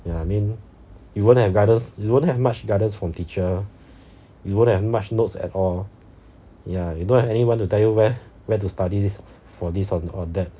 ya I mean you won't have guidance you won't have much guidance from teacher you won't have much notes at all ya you don't have anyone to tell you where where to study this for this or or that